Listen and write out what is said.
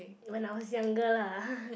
when I was younger lah